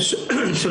בבקשה.